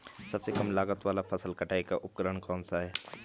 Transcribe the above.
सबसे कम लागत वाला फसल कटाई का उपकरण कौन सा है?